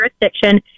jurisdiction